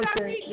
Okay